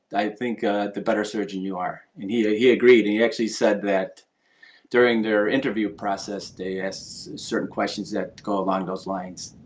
i think the better surgeon you are. and he ah he agreed and he actually said that during their interview process, they asked certain questions that go along those lines.